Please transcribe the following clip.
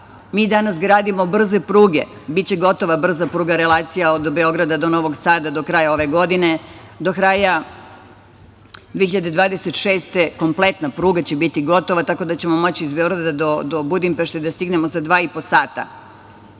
Mi danas gradimo brze pruge. Biće gotova brza pruga relacija od Beograda do Novog Sada do kraja ove godine, do kraja 2026. godine kompletna pruga će biti gotova, tako da ćemo moći iz Beograda do Budimpešte da stignemo za dva i po